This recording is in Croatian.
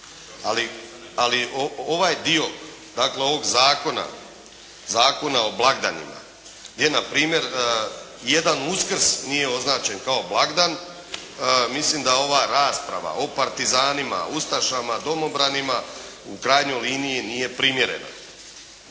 Ali ovaj dio, dakle ovog zakona, Zakona o blagdanima gdje na primjer jedan Uskrs nije označen kao blagdan. Mislim da ova rasprava o partizanima, o ustašama, o domobranima u krajnjoj liniji nije primjerena.